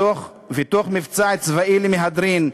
ותוך מבצע צבאי למהדרין,